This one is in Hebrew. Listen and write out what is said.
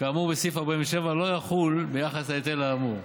כאמור בסעיף 47, לא יחולו ביחס להיטל האמור.